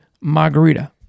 margarita